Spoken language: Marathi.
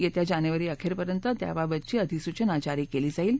येत्या जानेवारी अखेरपर्यंत त्याबाबतची अधिसूचना जारी केली जाईल